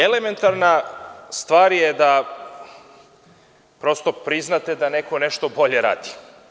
Elementarna stvar je da priznate da neko nešto bolje radi.